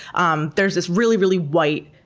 um there's this really, really white